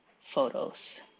photos